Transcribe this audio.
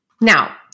Now